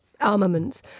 armaments